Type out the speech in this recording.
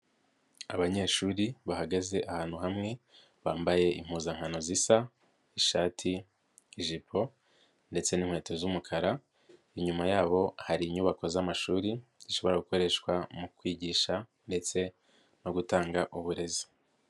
Abanyeshuri bahagaze ahantu hamwe bambaye impuzankano zisa; ishati, ijipo ndetse n'inkweto z'umukara, inyuma yabo hari inyubako z'amashuri zishobora gukoreshwa mu kwigisha ndetse no gutanga uburezi.